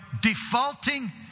defaulting